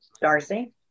Darcy